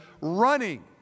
running